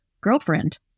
girlfriend